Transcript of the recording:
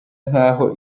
nk’aho